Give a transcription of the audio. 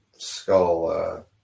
skull